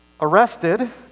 arrested